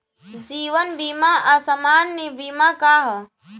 जीवन बीमा आ सामान्य बीमा का ह?